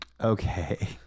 Okay